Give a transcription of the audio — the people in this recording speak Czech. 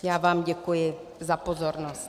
Já vám děkuji za pozornost.